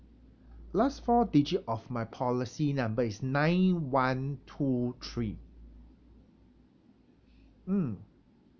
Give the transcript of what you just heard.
last four digit of my policy number is nine one two three mm